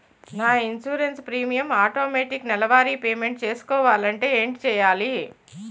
నా insurance premium automatic నెలవారి payment చేసుకోవాలంటే ఏంటి చేయాలి?